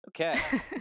Okay